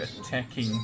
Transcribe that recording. attacking